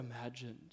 imagined